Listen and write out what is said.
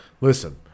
Listen